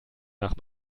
nach